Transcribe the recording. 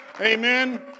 Amen